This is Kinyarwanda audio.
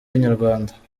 inyarwanda